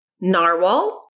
Narwhal